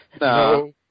No